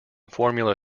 formula